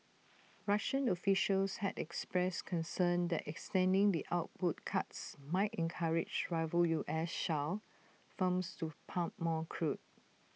Russian officials had expressed concern that extending the output cuts might encourage rival U S shale firms to pump more crude